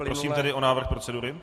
Prosím tedy o návrh procedury.